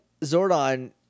Zordon